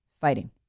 fighting